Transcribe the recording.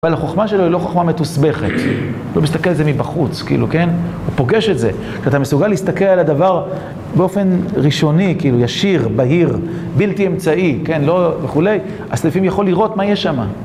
אבל החוכמה שלו היא לא חוכמה מתוסבכת. הוא לא מסתכל על זה מבחוץ, כאילו, כן? הוא פוגש את זה. כשאתה מסוגל להסתכל על הדבר באופן ראשוני, כאילו, ישיר, בהיר, בלתי אמצעי, כן, לא וכולי, אז לפעמים יכול לראות מה יש שם.